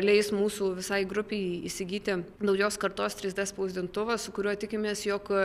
leis mūsų visai grupei įsigyti naujos kartos trys d spausdintuvą su kuriuo tikimės jog